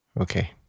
Okay